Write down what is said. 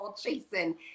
chasing